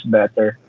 better